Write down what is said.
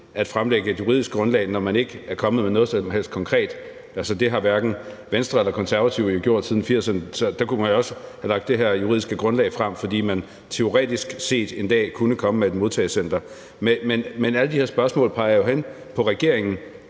at fremlægge et juridisk grundlag, når man ikke er kommet med noget som helst konkret. Altså, det har hverken Venstre eller Konservative gjort siden 1980'erne. Der kunne man også have lagt det her juridiske grundlag frem, fordi der teoretisk set en dag kunne komme med et modtagecenter. Men alle de her spørgsmål peger hen på regeringen.